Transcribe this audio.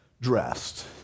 dressed